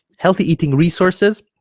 healthy eating resources